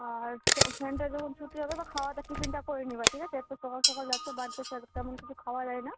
আর সে সেন্টার যখন ছুটি হবে খাওয়াটা টিফিনটা করে নেবে ঠিক আছে এত সকাল সকাল যাচ্ছ বাড়িতে তেমন কিছু খাওয়া যায় না